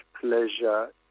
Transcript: pleasure